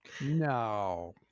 No